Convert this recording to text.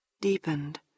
deepened